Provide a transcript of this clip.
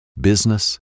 business